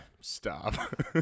stop